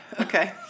Okay